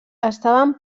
estaven